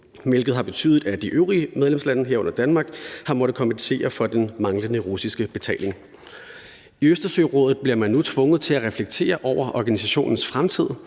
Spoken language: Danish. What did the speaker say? hvilket har betydet, at de øvrige medlemslande, herunder Danmark, har måttet kompensere for den manglende russiske betaling. I Østersørådet bliver man nu tvunget til at reflektere over organisationens fremtid,